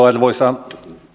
arvoisa